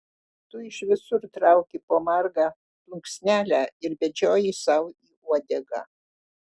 tu iš visur trauki po margą plunksnelę ir bedžioji sau į uodegą